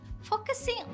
focusing